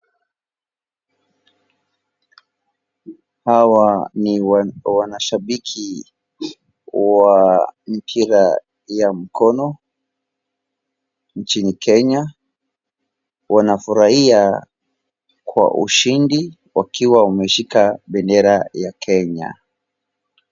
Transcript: Hawa ni wanashambiki wa mpira ya mkono nchini Kenya. Wanafurahia kwa ushindi wakiwa wameshika bendera ya Kenya.